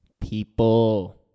people